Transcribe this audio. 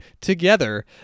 together